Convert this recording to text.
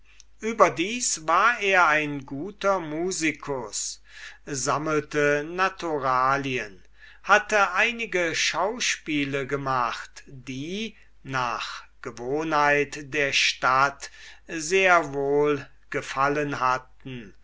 überdies war er ein guter musikus sammelte naturalien hatte einige schauspiele gemacht die nach gewohnheit der stadt sehr wohl gefallen hatten